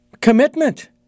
commitment